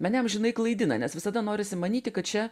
mane amžinai klaidina nes visada norisi manyti kad čia